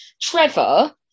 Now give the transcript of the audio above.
trevor